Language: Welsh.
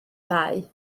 ddau